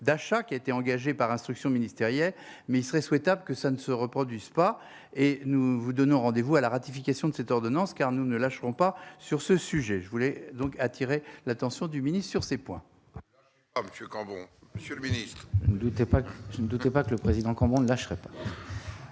d'achat qui a été engagé par instructions ministérielles, mais il serait souhaitable que ça ne se reproduise pas, et nous vous donnons rendez-vous à la ratification de cette ordonnance car nous ne lâcherons pas sur ce sujet, je voulais donc attirer l'attention du mini-sur ces points. Au Monsieur Cambon, monsieur le Ministre, ne doutez pas. Je ne doute pas que le président comme ne lâcherait pas.